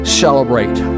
celebrate